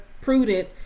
prudent